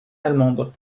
allemande